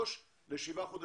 יש לי יושב-ראש אחר